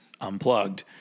unplugged